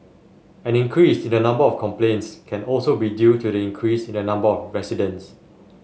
an increase in the number of complaints can also be due to the increase in the number of residents